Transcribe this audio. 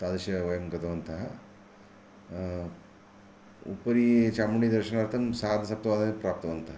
तादृश वयं गतवन्तः उपरि चामुण्डिदर्शनार्थ सार्धसप्तवादने प्राप्तवन्तः